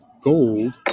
gold